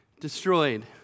destroyed